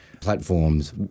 platforms